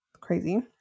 Crazy